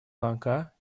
ланка